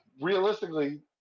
realistically